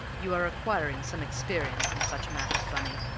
you are acquiring some experience in such matters, bunny.